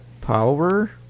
power